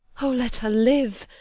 o, let her live,